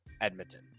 Edmonton